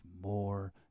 more